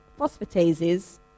phosphatases